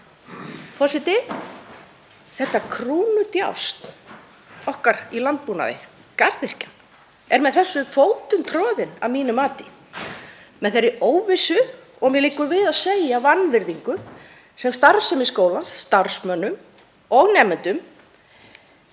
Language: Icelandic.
Forseti. Þetta krúnudjásn okkar í landbúnaði, garðyrkjan, er með þessu fótum troðin að mínu mati, með þeirri óvissu og mér liggur við að segja vanvirðingu sem starfsemi skólans, starfsmönnum og nemendum er